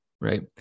right